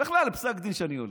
בכלל, פסק דין שאני הולך,